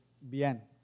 bien